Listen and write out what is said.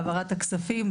העברת הכספים.